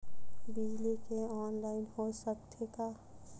बिजली के ऑनलाइन हो सकथे का?